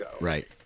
right